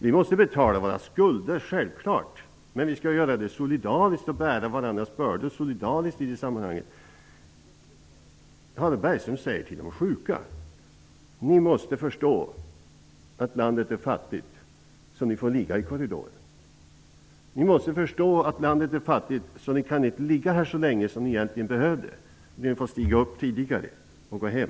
Vi måste betala våra skulder, självklart, men vi skall göra det solidariskt och bära varandras bördor solidariskt. Harald Bergström säger till de sjuka: Ni måste förstå att landet är fattigt och att ni därför får lov att ligga i korridoren. Ni måste förstå att landet är fattigt, så ni kan inte ligga här så länge som ni egentligen behöver, utan ni får stiga upp tidigare och gå hem.